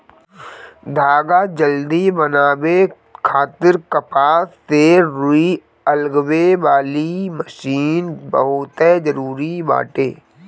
धागा जल्दी बनावे खातिर कपास से रुई अलगावे वाली मशीन बहुते जरूरी बाटे